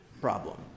problem